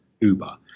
Uber